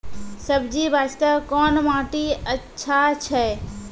सब्जी बास्ते कोन माटी अचछा छै?